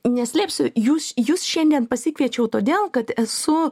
neslėpsiu jūs jus šiandien pasikviečiau todėl kad esu